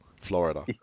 Florida